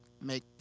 make